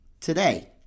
today